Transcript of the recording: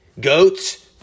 goats